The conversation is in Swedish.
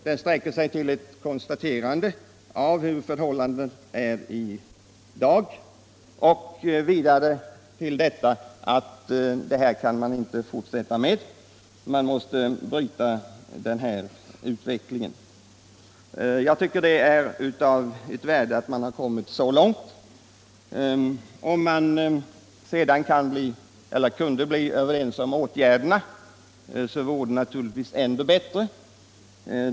Den sträcker sig till ett konstaterande av hur förhållandet är i dag och vidare till att man inte kan fortsätta på detta sätt. Den nuvarande utvecklingen måste brytas. Jag tycker att det är av värde att man har kommit så långt. Om man sedan kunde bli överens om åtgärderna så vore det naturligtvis ännu bättre.